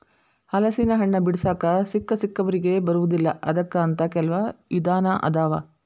ಹಲಸಿನಹಣ್ಣ ಬಿಡಿಸಾಕ ಸಿಕ್ಕಸಿಕ್ಕವರಿಗೆ ಬರುದಿಲ್ಲಾ ಅದಕ್ಕ ಅಂತ ಕೆಲ್ವ ವಿಧಾನ ಅದಾವ